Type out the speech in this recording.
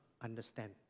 understand